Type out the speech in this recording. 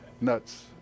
nuts